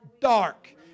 dark